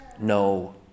no